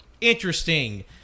interesting